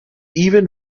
even